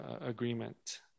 agreement